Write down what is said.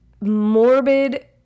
morbid